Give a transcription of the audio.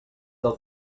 del